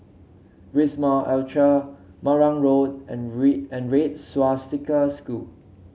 Wisma Atria Marang Road and Red and Red Swastika School